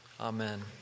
Amen